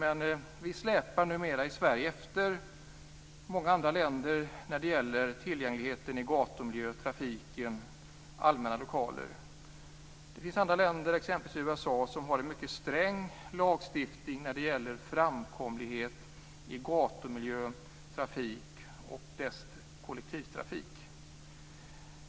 Men vi släpar numera i Sverige efter många andra länder när det gäller tillgängligheten i gatumiljö, trafiken och allmänna lokaler. Det finns andra länder, exempelvis USA, som har en mycket sträng lagstiftning när det gäller framkomlighet i gatumiljön, trafik och kollektivtrafik.